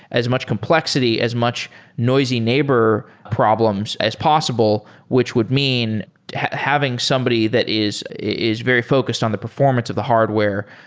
as much complexity, as much noisy neighbor problems as possible, which would mean having somebody that is is very focused on the performance of the hardware,